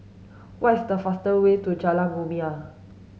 what is the fastest way to Jalan Rumia